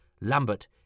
Lambert